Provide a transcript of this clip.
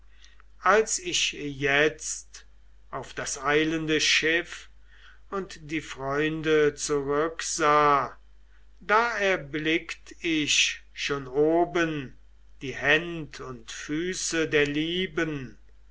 als ich jetzt auf das eilende schiff und die freunde zurücksah da erblickt ich schon oben die händ und füße der lieben